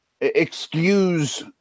excuse